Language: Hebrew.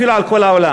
אפילו על כל העולם,